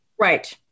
Right